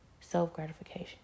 Self-gratification